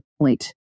point